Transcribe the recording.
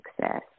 success